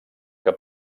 que